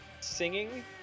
singing